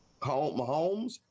Mahomes